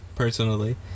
Personally